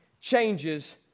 Changes